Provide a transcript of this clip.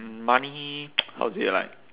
money how to say like